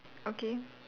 okay